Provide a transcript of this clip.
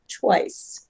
twice